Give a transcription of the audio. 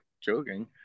joking